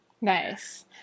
Nice